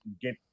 get